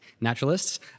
naturalists